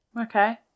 Okay